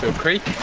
creek